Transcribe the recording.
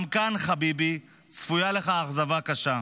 גם כאן, חביבי, צפויה לך אכזבה קשה.